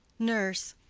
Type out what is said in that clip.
nurse.